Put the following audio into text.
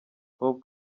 hope